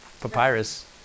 papyrus